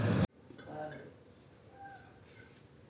Ramkumar retire व्हयी जायेल शेतंस तरीबी त्यासले पेंशन भेटस